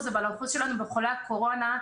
אבל האחוז שלנו בחולי הקורונה,